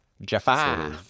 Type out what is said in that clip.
Jafar